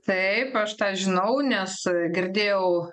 taip aš tą žinau nes girdėjau